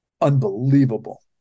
Unbelievable